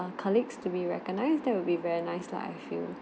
colleagues to be recognized that will be very nice lah I feel